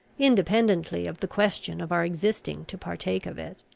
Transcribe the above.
independently of the question of our existing to partake of it.